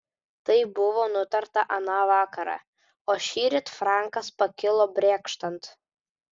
tai buvo nutarta aną vakarą o šįryt frankas pakilo brėkštant